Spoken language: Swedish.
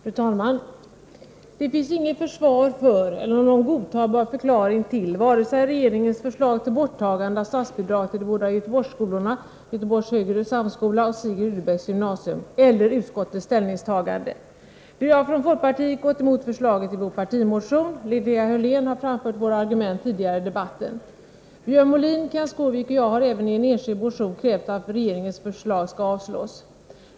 Fru talman! Det finns inget försvar för eller någon godtagbar förklaring till vare sig regeringens förslag till borttagande av statsbidraget till de båda Göteborgsskolorna Göteborgs högre samskola och Sigrid Rudebecks gymnasium eller utskottets ställningstagande. Vi har från folkpartiet gått emot förslaget i vår partimotion. Linnea Hörlén har framfört våra argument tidigare i debatten. Björn Molin, Kenth Skårvik och jag har även i en enskild motion krävt att regeringens förslag skall avslås.